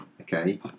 okay